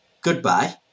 goodbye